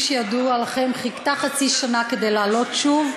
שידוע לכם חיכתה חצי שנה כדי לעלות שוב,